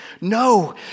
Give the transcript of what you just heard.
No